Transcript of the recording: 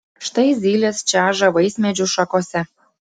štai zylės čeža vaismedžių šakose